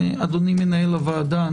ואדוני מנהל הוועדה,